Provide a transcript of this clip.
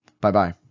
Bye-bye